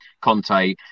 Conte